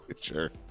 Sure